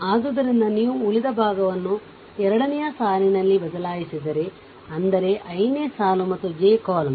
ಆದ್ದರಿಂದ ನೀವು ಉಳಿದ ಭಾಗವನ್ನು ಎರಡನೆಯ ಸಾಲಿನಲ್ಲಿ ಬದಲಾಯಿಸಿದರೆ ಅಂದರೆ I ನೇ ಸಾಲು ಮತ್ತು j ಕಾಲಮ್